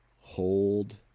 hold